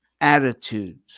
attitudes